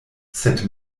sed